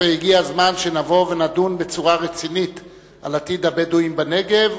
והגיע הזמן שנבוא ונדון בצורה רצינית על עתיד הבדואים בנגב,